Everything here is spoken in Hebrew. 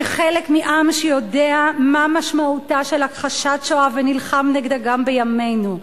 כחלק מעם שיודע מה משמעותה של הכחשת שואה ונלחם נגדה גם בימינו: